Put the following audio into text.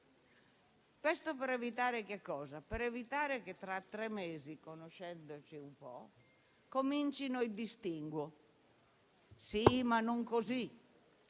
Questo per evitare che fra tre mesi - conoscendoci un po' - comincino i distinguo: sì, ma non così;